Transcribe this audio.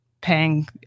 paying